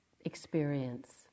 experience